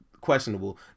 questionable